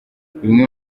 bimwe